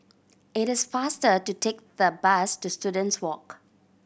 it is faster to take the bus to Students Walk